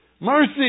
Mercy